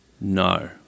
No